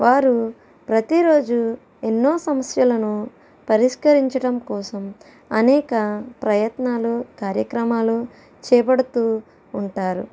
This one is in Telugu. వారు ప్రతి రోజు ఎన్నో సమస్యలను పరిష్కరించడం కోసం అనేక ప్రయత్నాలు కార్యక్రమాలు చేపడుతూ ఉంటారు